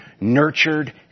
nurtured